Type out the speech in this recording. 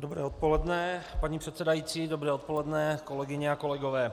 Dobré odpoledne paní předsedající, dobré odpoledne kolegyně a kolegové,